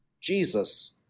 Jesus